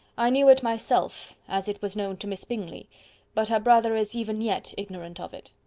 i knew it myself, as it was known to miss bingley but her brother is even yet ignorant of it.